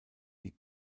die